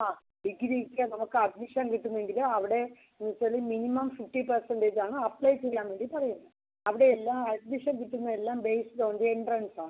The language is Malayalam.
ആ ഡിഗ്രിക്ക് നമുക്ക് അഡ്മിഷൻ കിട്ടുന്നെങ്കിൽ അവിടെ വെച്ചാൽ മിനിമം ഫിഫ്റ്റി പെർസെൻറ്റേജാണ് അപ്ലൈ ചെയ്യാൻ വേണ്ടി പറയുന്നത് അവിടെ എല്ലാ അഡ്മിഷൻ കിട്ടുന്ന എല്ലാം ബേസ്ഡ് ഓൺ ദി എൻട്രൻസാണ്